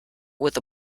with